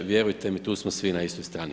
Vjerujte mi tu smo svi na istoj strani.